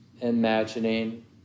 imagining